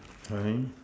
fine